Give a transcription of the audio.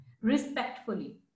respectfully